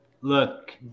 look